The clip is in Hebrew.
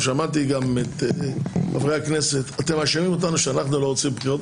שמעתי גם את חברי הכנסת מאשימים אותנו שאנחנו לא רוצים בחירות,